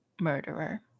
murderer